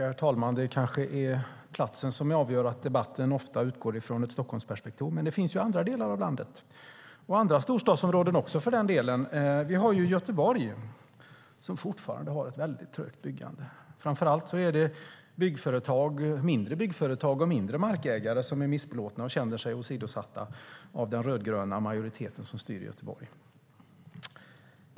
Herr talman! Det är kanske platsen som avgör att debatten ofta utgår från ett Stockholmsperspektiv, men det finns andra delar av landet och andra storstadsområden också för den delen. Vi har Göteborg som fortfarande har ett väldigt trögt byggande. Framför allt är det mindre byggföretag och markägare som är missbelåtna och känner sig åsidosatta av den rödgröna majoritet som styr i Göteborg.